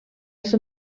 ser